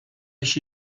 chi